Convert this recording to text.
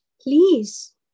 please